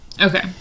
Okay